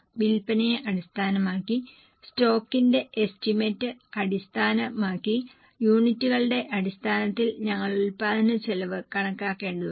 വിൽപ്പനയെ അടിസ്ഥാനമാക്കി സ്റ്റോക്കിന്റെ എസ്റ്റിമേറ്റ് അടിസ്ഥാനമാക്കി യൂണിറ്റുകളുടെ അടിസ്ഥാനത്തിൽ ഞങ്ങൾ ഉൽപാദന ബജറ്റ് കണക്കാക്കേണ്ടതുണ്ട്